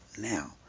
Now